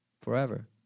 forever